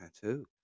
tattoo